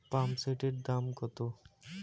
পাম্পসেটের দাম কত?